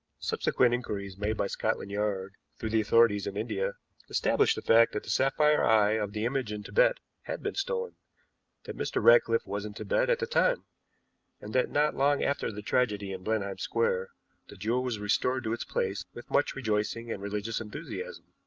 subsequent inquiries made by scotland yard through the authorities in india established the fact that the sapphire eye of the image in tibet had been stolen that mr. ratcliffe was in tibet at the time and that not long after the tragedy in blenheim square the jewel was restored to its place with much rejoicing and religious enthusiasm.